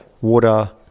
water